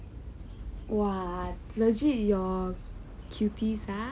!wah! legit your cuties ah